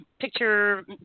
picture